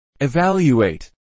Evaluate